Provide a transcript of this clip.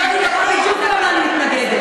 למה את מתנגדת?